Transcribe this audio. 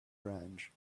range